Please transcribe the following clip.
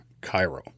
Cairo